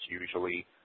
usually